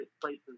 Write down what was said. places